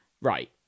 Right